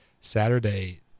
Saturday